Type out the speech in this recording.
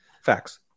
Facts